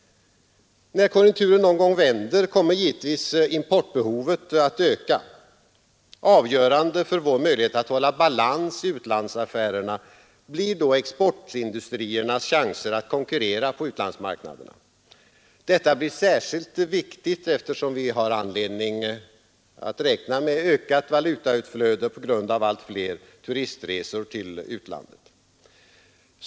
När konjunkturen någon gång vänder kommer givetvis importbehovet att öka. Avgörande för vår möjlighet att hålla balans i utlandsaffärerna blir då exportindustrins chanser att konkurrera på utlandsmarknaderna,. Detta blir särskilt viktigt, eftersom vi har anledning att räkna med ökat valutautflöde på grund av allt fler turistresor till utlandet.